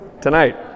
tonight